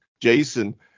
Jason